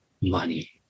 money